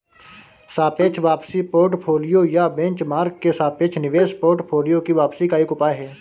सापेक्ष वापसी पोर्टफोलियो या बेंचमार्क के सापेक्ष निवेश पोर्टफोलियो की वापसी का एक उपाय है